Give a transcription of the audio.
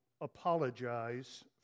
apologize